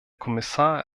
kommissar